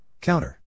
counter